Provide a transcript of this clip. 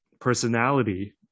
personality